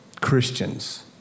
Christians